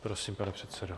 Prosím, pane předsedo.